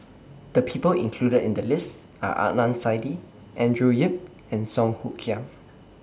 The People included in The list Are Adnan Saidi Andrew Yip and Song Hoot Kiam